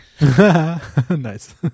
Nice